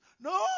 No